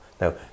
Now